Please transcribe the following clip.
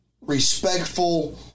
respectful